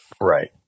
Right